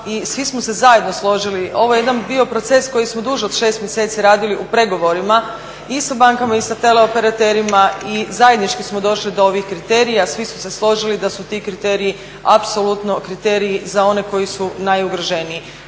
svi smo se zajedno složili ovo je jedan bio proces koji smo duže od 6 mjeseci radili u pregovorima i sa bankama i sa teleoperaterima i zajednički smo došli do ovih kriterija. Svi su se složili da su ti kriteriji apsolutno kriteriji za one koji su najugroženiji.